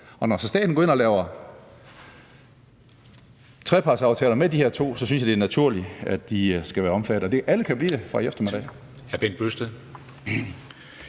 Når staten så går ind og laver trepartsaftaler med de her to, synes jeg at det er naturligt, at de skal være omfattet. Alle kan jo blive det fra i eftermiddag.